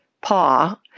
paw